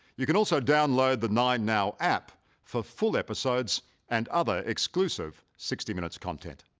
you can also download the nine now app for full episodes and other exclusive sixty minutes content